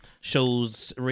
shows